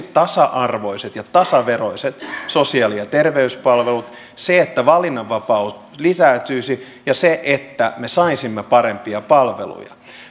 tasa arvoiset ja tasaveroiset sosiaali ja terveyspalvelut se että valinnanvapaus lisääntyisi ja se että me saisimme parempia palveluja